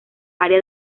área